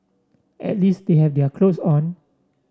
at least they have their clothes on